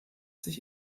sich